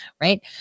Right